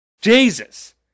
jesus